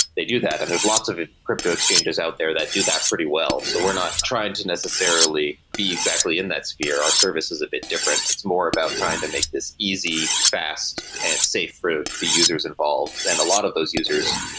they do that and there's lots of crypto exchanges out there that do that pretty well so we're not trying to necessarily be exactly in that sphere. our service is a bit different. it's more about trying to make this easy, fast and safe for the users involved. and a lot of those users,